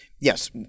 Yes